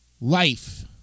life